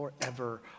forever